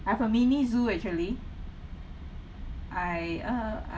I've a mini zoo actually I err